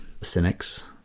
cynics